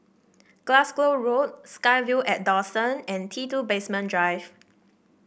Glasgow Road SkyVille at Dawson and T two Basement Drive